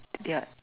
yeah